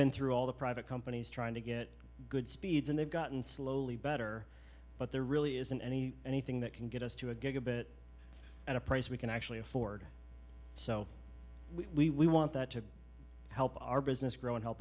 been through all the private companies trying to get good speeds and they've gotten slowly better but there really isn't any anything that can get us to a gigabit at a price we can actually afford so we want that to help our business grow and help